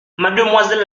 mademoiselle